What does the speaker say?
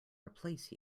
replace